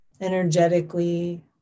energetically